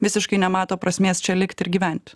visiškai nemato prasmės čia likti ir gyventi